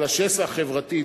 על השסע החברתי.